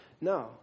No